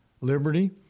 liberty